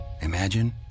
imagine